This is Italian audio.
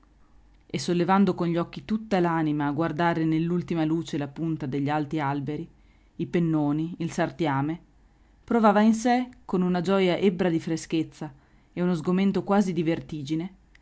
e sollevando con gli occhi tutta l'anima a guardare nell'ultima luce la punta degli alti alberi i pennoni il sartiame provava in sé con una gioja ebbra di freschezza e uno sgomento quasi di vertigine